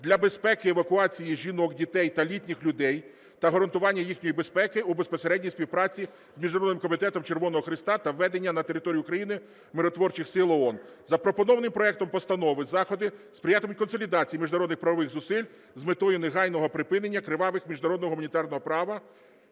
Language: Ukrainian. для безпеки евакуації жінок, дітей та літніх людей та гарантування їхньої безпеки у безпосередній співпраці з Міжнародним комітетом Червоного Хреста та введення на території України Миротворчих сил ООН. Запропоновані проектом постанови заходи сприятимуть консолідації міжнародно-правових зусиль з метою негайного припинення кричущого порушення норм міжнародно-гуманітарного права